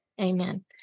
Amen